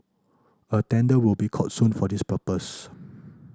a tender will be called soon for this purpose